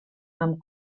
amb